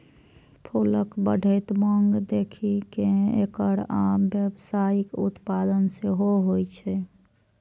फूलक बढ़ैत मांग देखि कें एकर आब व्यावसायिक उत्पादन सेहो होइ छै